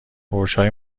برجهای